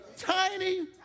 Tiny